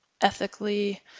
ethically